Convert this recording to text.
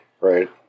right